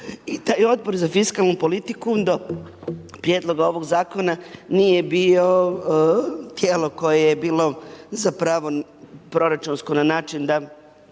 I taj Odbor za fiskalnu politiku do Prijedloga ovog Zakona nije bio tijelo koje bilo zapravo proračunsko na način da